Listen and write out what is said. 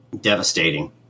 devastating